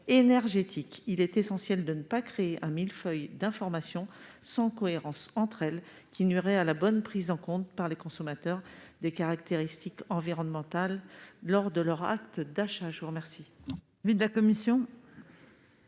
Il est essentiel de ne pas créer un millefeuille d'informations sans cohérence entre elles, qui nuirait à la bonne prise en compte, par les consommateurs, des caractéristiques environnementales lors de leur acte d'achat. Quel